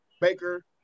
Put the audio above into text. Baker